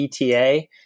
ETA